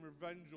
revenge